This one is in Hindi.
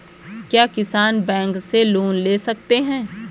क्या किसान बैंक से लोन ले सकते हैं?